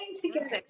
together